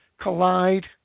Collide